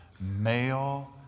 male